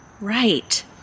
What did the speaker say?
Right